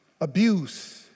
abuse